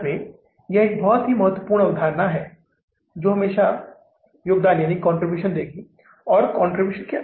इसलिए मैं इसे खुला रख रहा हूं लेकिन हमें अगले महीने इस कॉलम की जरूरत है